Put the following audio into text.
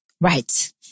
Right